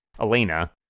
Elena